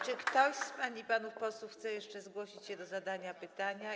Czy ktoś z pań i panów posłów chce jeszcze zgłosić się do zadania pytania?